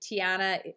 Tiana